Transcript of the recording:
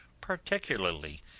particularly